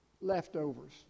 leftovers